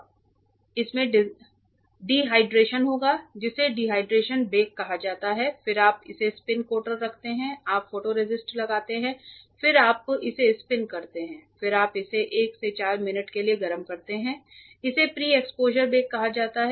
इसमें डिहाइड्रेशन होगा जिसे डिहाइड्रेशन बेक कहा जाता है फिर आप इसे स्पिन कोटर पर रखते हैं आप फोटोरेसिस्ट लगाते हैं और फिर आप इसे स्पिन करते हैं फिर आप इसे फिर से 1 से 4 मिनट के लिए गर्म करते हैं इसे प्री एक्सपोजर बेक कहा जाता है